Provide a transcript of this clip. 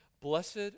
Blessed